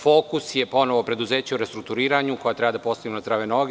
Fokus su ponovo preduzeća u restrukturiranju koja treba da postavimo na zdrave noge.